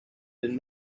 been